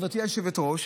גברתי היושבת-ראש,